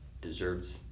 deserves